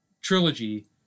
trilogy